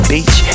Beach